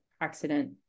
accident